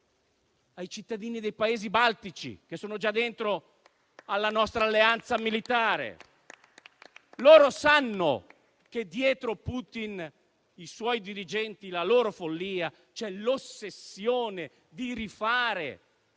ai cittadini dei Paesi baltici, che sono già dentro alla nostra alleanza militare. Loro sanno che dietro Putin, i suoi dirigenti e la loro follia, c'è l'ossessione di rifare